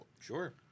sure